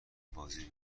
بازدید